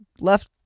left